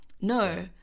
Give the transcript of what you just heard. No